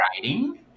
writing